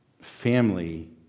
family